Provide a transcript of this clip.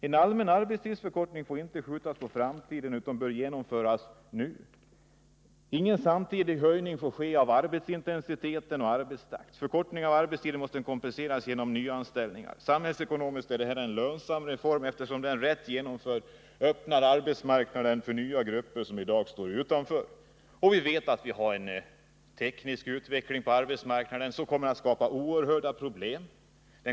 En allmän arbetstidsförkortning får inte skjutas på framtiden utan bör genomföras nu. Ingen samtidig höjning får ske av arbetsintensitet och arbetstakt. Förkortningen av arbetstiden måste kompenseras genom nyanställningar. Samhällsekonomiskt är detta en lönsam reform eftersom den, rätt genomförd, öppnar arbetsmarknaden för grupper som i dag står utanför. Vi vet att vi har en teknisk utveckling på arbetsmarknaden som kommer att skapa oerhörda problem.